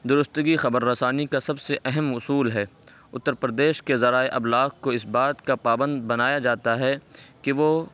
درستگی خبر رسانی کا سب سے اہم اصول ہے اتر پردیش کے ذرائع ابلاغ کو اس بات کا پابند بنایا جاتا ہے کہ وہ